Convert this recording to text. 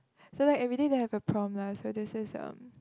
so like everyday they have a prompt lah so this is um